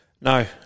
No